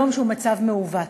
היום, שהוא מצב מעוות.